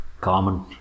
common